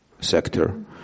sector